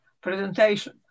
presentation